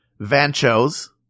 Vancho's